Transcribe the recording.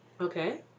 Okay